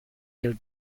their